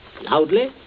Loudly